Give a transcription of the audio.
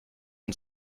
and